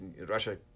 Russia